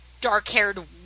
dark-haired